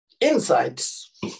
Insights